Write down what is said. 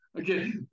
Okay